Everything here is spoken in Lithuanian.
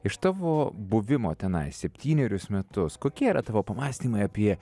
iš tavo buvimo tenai septynerius metus kokie yra tavo pamąstymai apie